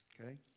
Okay